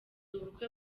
ubukwe